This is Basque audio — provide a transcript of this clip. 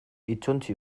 hitzontzi